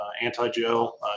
anti-gel